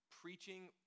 preaching